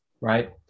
right